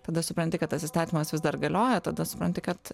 tada supranti kad tas įstatymas vis dar galioja tada supranti kad